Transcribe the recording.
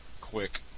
Quick